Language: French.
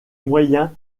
moyen